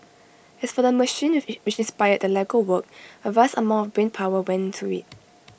as for the machine which inspired the Lego work A vast amount of brain power went into IT